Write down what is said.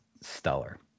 stellar